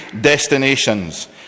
destinations